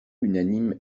unanime